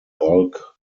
bulk